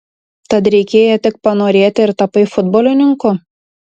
tad reikėjo tik panorėti ir tapai futbolininku